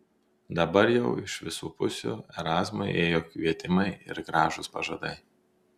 dabar jau iš visų pusių erazmui ėjo kvietimai ir gražūs pažadai